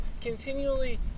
continually